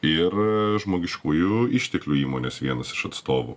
ir žmogiškųjų išteklių įmonės vienas iš atstovų